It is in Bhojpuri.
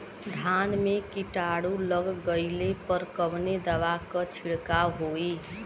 धान में कीटाणु लग गईले पर कवने दवा क छिड़काव होई?